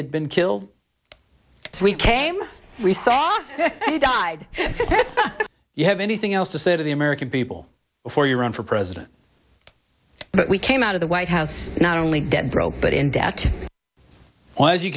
had been killed we came we saw him he died you have anything else to say to the american people before you run for president but we came out of the white house not only dead broke but in debt as you